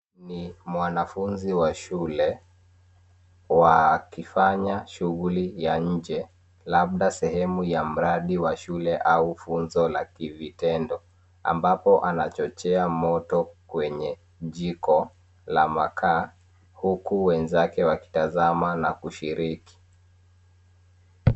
Ni mwanafunzi wa shule wakifanya shughuli ya nje labda sehemu ya mradi wa shule au funzo la kivitendo ambapo anachochea moto kwenye jiko la makaa huku wenzake wakitazama na kushiriki.